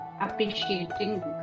appreciating